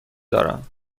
دارم